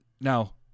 now